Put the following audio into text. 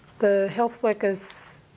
the health workers